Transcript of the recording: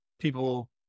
People